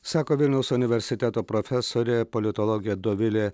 sako vilniaus universiteto profesorė politologė dovilė